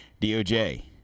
DOJ